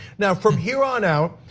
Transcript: now from here on out,